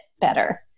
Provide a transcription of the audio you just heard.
better